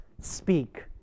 speak